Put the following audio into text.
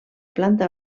planta